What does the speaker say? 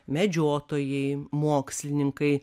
medžiotojai mokslininkai